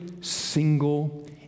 single